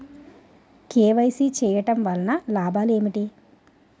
KYC చేయటం వలన లాభాలు ఏమిటి?